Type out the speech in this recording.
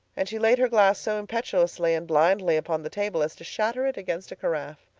and she laid her glass so impetuously and blindly upon the table as to shatter it against a carafe.